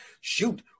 shoot